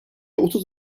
otuz